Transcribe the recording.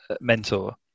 Mentor